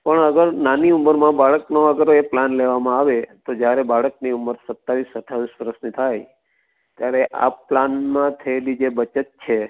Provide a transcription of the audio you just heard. પણ અગર નાની ઉમરમાં બાળકનો અગર એ પ્લાન લેવામાં આવે તો જ્યારે બાળકની ઉમર સત્યાવીસ અઠયાવિસ વર્ષની થાય ત્યારે આ પ્લાનમાં થયેલી જે બચત છે